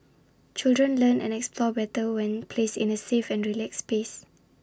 children learn and explore better when placed in A safe and relaxed space